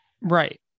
right